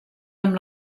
amb